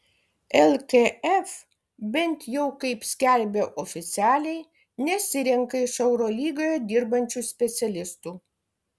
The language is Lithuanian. lkf bent jau kaip skelbia oficialiai nesirenka iš eurolygoje dirbančių specialistų